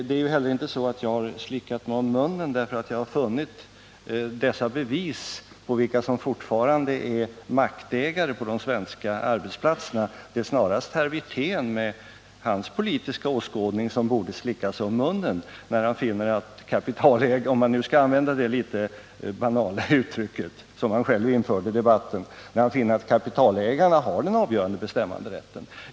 Det är heller inte så att jag slickat mig om munnen därför att jag har funnit bevis på vilka som fortfarande är maktägare på de svenska arbetsplatserna; snarare borde herr Wirtén med sin politiska åskådning slicka sig om munnen —- om man nu skall använda detta litet banala uttryck som han själv införde i debatten — när han finner att kapitalägarna har den avgörande bestämmanderätten.